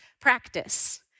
practice